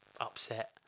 upset